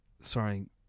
Sorry